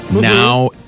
Now